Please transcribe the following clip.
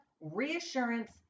Reassurance